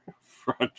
Front